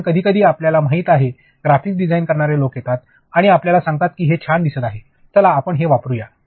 कारण कधीकधी आपल्याला माहित आहे ग्राफिक्स डिझाईन करणारे लोक येतात आणि आपल्याला सांगतात की हे छान दिसत आहे चला आपण हे वापरुया